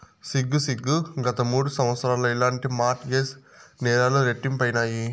సిగ్గు సిగ్గు, గత మూడు సంవత్సరాల్ల ఇలాంటి మార్ట్ గేజ్ నేరాలు రెట్టింపైనాయి